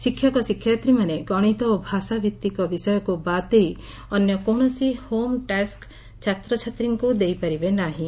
ଶିକ୍ଷକ ଶିକ୍ଷୟିତ୍ରୀମାନେ ଗଣିତ ଓ ଭାଷା ଭିଭିକ ବିଷୟକୁ ବାଦ୍ ଦେଇ ଅନ୍ୟ କୌଶସି ହୋମ୍ ଟାକ୍ ଛାତ୍ରଛାତ୍ରୀଙ୍କୁ ଦେଇପାରିବେ ନାହିଁ